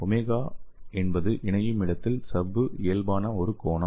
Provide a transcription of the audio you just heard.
omega என்பது இணையும் இடத்தில் சவ்வு இயல்பான ஒரு கோணம்